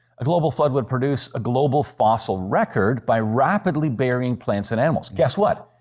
a global flood would produce a global fossil record by rapidly burying plants and animals. guess what!